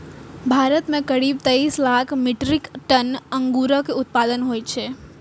भारत मे करीब तेइस लाख मीट्रिक टन अंगूरक उत्पादन होइ छै